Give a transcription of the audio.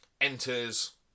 enters